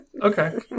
Okay